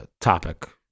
topic